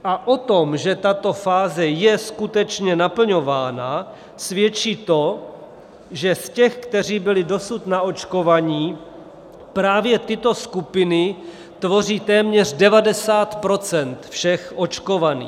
A o tom, že je tato fáze skutečně naplňována, svědčí to, že z těch, kteří byli dosud naočkovaní, právě tyto skupiny tvoří téměř 90 % všech očkovaných.